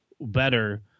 better